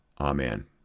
Amen